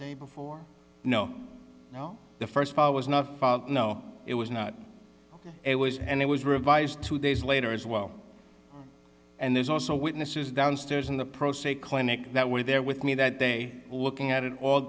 day before no no the st was not no it was not it was and it was revised two days later as well and there's also witnesses downstairs in the pro se clinic that were there with me that day looking at it all